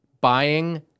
Buying